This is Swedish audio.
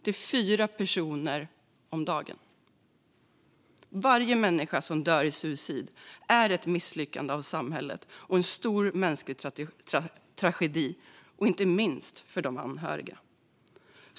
Det är 4 personer om dagen. Varje människa som dör i suicid är ett misslyckande av samhället och en stor mänsklig tragedi, inte minst för de anhöriga.